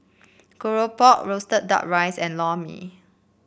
keropok roasted duck rice and Lor Mee